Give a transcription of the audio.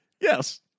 Yes